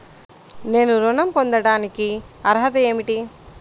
నేను ఋణం పొందటానికి అర్హత ఏమిటి?